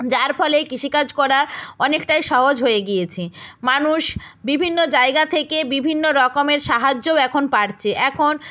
যার ফলে কিষিকাজ করা অনেকটাই সহজ হয়ে গিয়েছে মানুষ বিভিন্ন জায়গা থেকে বিভিন্ন রকমের সাহায্যও এখন পারছে এখন